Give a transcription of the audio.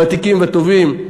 ותיקים וטובים,